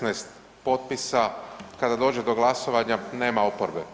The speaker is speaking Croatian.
16 potpisa, kada dođe do glasovanja nema oporbe.